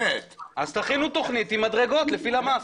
תכינו תוכנית מדרגות לפי למ"ס.